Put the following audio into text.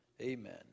amen